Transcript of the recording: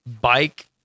bike